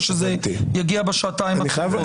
או שזה יגיע בשעתיים הקרובות?